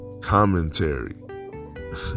commentary